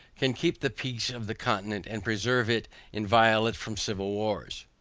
can keep the peace of the continent and preserve it inviolate from civil wars.